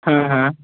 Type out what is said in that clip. हाँ हाँ